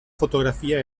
fotografia